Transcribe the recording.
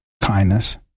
kindness